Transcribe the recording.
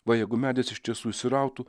va jeigu medis iš tiesų užsirautų